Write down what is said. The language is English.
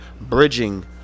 bridging